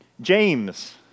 James